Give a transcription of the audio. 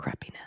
crappiness